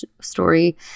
story